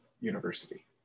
University